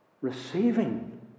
Receiving